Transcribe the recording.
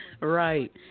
right